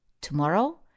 Tomorrow